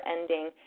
ending